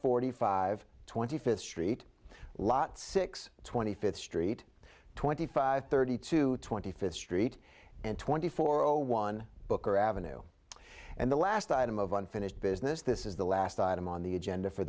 forty five twenty fifth street lot six twenty fifth street twenty five thirty two twenty fifth street and twenty four zero one book or avenue and the last item of unfinished business this is the last item on the agenda for